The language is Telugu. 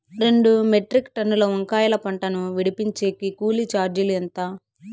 రెండు మెట్రిక్ టన్నుల వంకాయల పంట ను విడిపించేకి కూలీ చార్జీలు ఎంత?